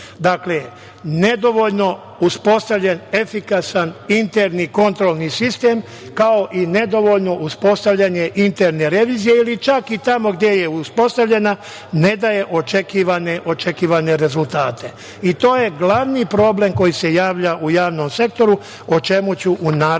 nedovoljno uspostavljen efikasan, interni kontrolni sistem, kao i nedovoljno uspostavljanje interne revizije ili čak i tamo gde je uspostavljena, ne daje očekivane rezultate. To je glavni problem koji se javlja u javnom sektoru o čemu ću u narednim